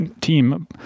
team